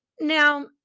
Now